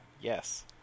yes